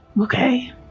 Okay